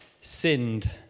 sinned